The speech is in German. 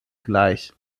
gleich